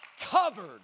covered